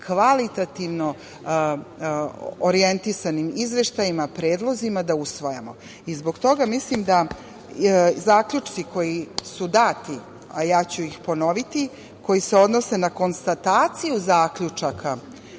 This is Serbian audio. kvalitativno orijentisanim izveštajima, predlozima da usvajamo. Zbog toga mislim da zaključci koji su dati, a ja ću ih ponoviti, koji se odnose na konstataciju zaključaka